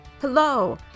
Hello